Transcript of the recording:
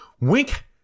Wink